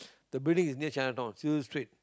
the building is near Chinatown Cecil street